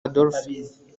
adolphe